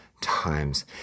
times